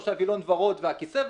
או שהווילון ורוד והכיסא ורוד.